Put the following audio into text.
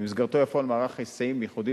שבמסגרתו יופעל מערך היסעים ייחודי